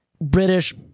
British